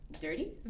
Dirty